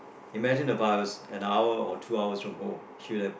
imagine If I was an hour or two hours from home she would have